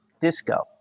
disco